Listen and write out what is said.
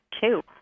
two